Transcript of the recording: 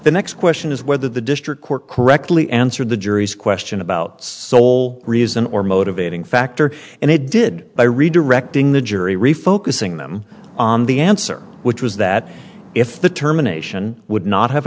the next question is whether the district court correctly answered the jury's question about sole reason or motivating factor and it did by redirecting the jury refocusing them on the answer which was that if the terminations would not have